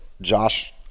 Josh